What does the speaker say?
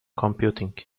computing